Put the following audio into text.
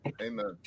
Amen